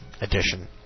edition